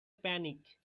panic